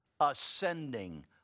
ascending